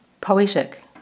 poetic